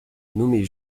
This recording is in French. nommé